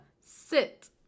sit